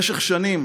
במשך שנים